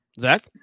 Zach